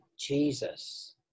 jesus